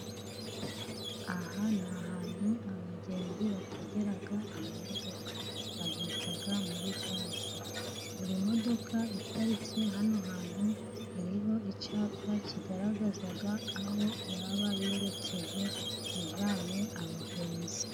Aha ni ahantu abagenzi bategera amamodoka bahita muri gare, buri modoka iparitse hano hantu iriho icyapa kigaragaza aho yaba yerekeje ijyanye abagenzi.